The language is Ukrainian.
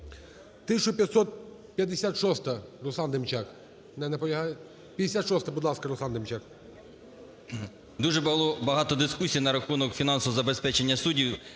56-а, будь ласка, Руслан Демчак.